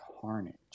Carnage